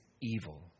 evil